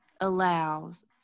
allows